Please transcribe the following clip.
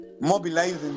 mobilizing